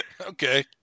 Okay